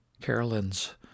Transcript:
Carolyn's